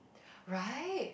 right